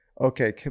Okay